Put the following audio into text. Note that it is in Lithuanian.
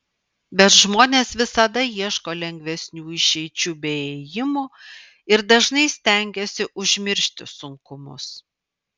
bet žmonės visada ieško lengvesnių išeičių bei ėjimų ir dažnai stengiasi užmiršti sunkumus